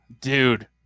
dude